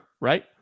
Right